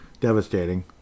devastating